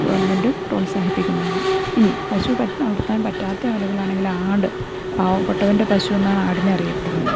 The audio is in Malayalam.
ഗവണ്മെൻറ്റ് പ്രോത്സാഹിപ്പിക്കുന്നതാണ് ഇനി പശു വളർത്താൻ പറ്റാത്ത ആളുകളാണെങ്കിൽ ആട് പാവപ്പെട്ടവൻ്റെ പശു എന്നാണ് ആടിനെ അറിയപ്പെടുന്നത്